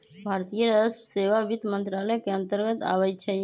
भारतीय राजस्व सेवा वित्त मंत्रालय के अंतर्गत आबइ छै